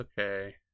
okay